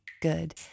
good